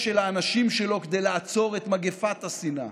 של האנשים שלו כדי לעצור את מגפת השנאה.